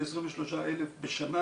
זה 23,000 בשנה.